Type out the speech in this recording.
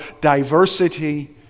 diversity